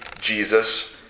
Jesus